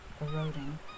eroding